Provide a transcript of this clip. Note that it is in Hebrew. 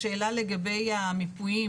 לשאלה לגבי המיפויים,